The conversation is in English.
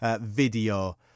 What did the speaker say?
video